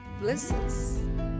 blisses